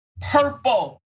purple